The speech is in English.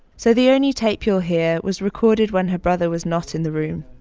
so the only tape you'll hear was recorded when her brother was not in the room.